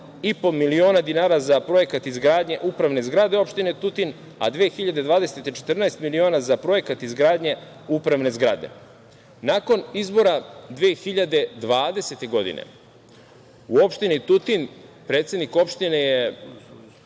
12,5 miliona dinara za projekat izgradnje upravne zgrade opštine Tutin, a 2020. godine 14 miliona za projekat izgradnje upravne zgrade. Nakon izbora 2020. godine u opštini Tutin predsednik opštine je